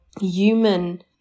human